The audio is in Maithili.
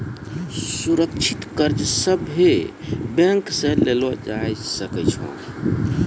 सुरक्षित कर्ज सभे बैंक से लेलो जाय सकै छै